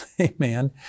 Amen